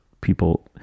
people